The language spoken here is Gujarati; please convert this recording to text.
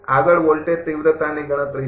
આગળ વોલ્ટેજ તિવ્રતાની ગણતરી છે